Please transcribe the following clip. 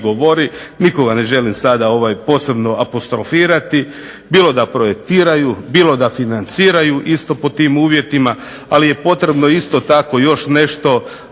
govori. Nikoga ne želim sada posebno apostrofirati. Bilo da projektiraju, bilo da financiraju isto pod tim uvjetima, ali je potrebno isto tako još nešto